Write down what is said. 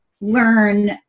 learn